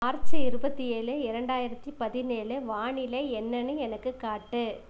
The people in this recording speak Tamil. மார்சி இருபத்தி ஏழு இரண்டாயிரத்தி பதினேழு வானிலை என்னன்னு எனக்கு காட்டு